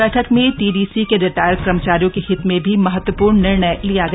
बैठक में टीडीसी के रिटायर कर्मचारियों के हित में भी महत्वपूर्ण निर्णय लिया गया